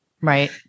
Right